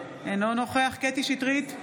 אינו נוכח קטי קטרין שטרית,